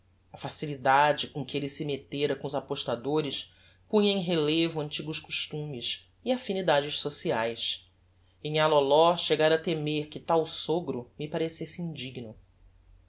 a facilidade com que elle se mettêra com os apostadores punha em relevo antigos costumes e affinidades sociaes e nhã loló chegára a temer que tal sogro me parecesse indigno